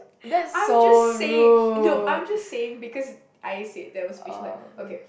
I'm just saying no I'm just saying because I said there was facial hair okay